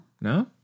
No